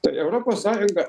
tai europos sąjunga